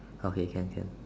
okay can can